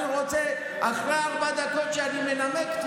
אני רוצה שתתייחסו רק אחרי ארבע דקות שבהן אנמק.